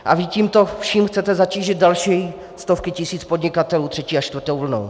A vy tímto vším chcete zatížit další stovky tisíc podnikatelů třetí a čtvrtou vlnou.